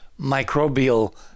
microbial